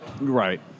Right